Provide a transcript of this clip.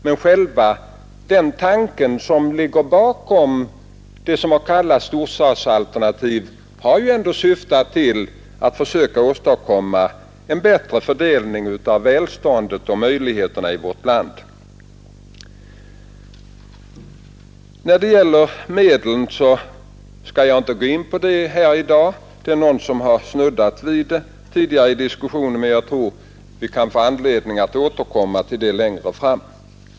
Men själva syftet, tanken som ligger bakom det som har kallats storstadsalternativ, har ändå varit att försöka åstadkomma en bättre fördelning av välståndet och möjligheterna i vårt land. Jag skall inte gå in på medlen, även om någon tidigare i diskussionen snuddat vid detta. Men jag tror vi kan få anledning att återkomma till det längre fram.